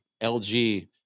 lg